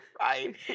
right